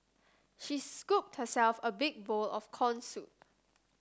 she scooped herself a big bowl of corn soup